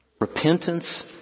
Repentance